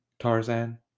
Tarzan